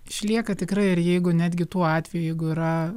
išlieka tikrai ir jeigu netgi tuo atveju jeigu yra